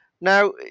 Now